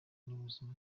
n’ubuzima